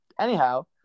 Anyhow